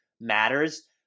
matters